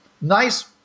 nice